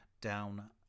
down